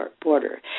border